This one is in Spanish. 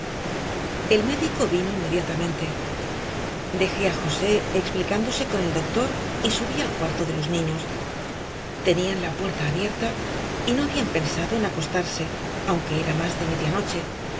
el médico vino inmediatamente dejé a josé explicándose con el doctor y subí al cuarto de los niños tenían la puerta abierta y no habían pensado en acostarse aunque era más de medianoche